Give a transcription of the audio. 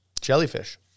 jellyfish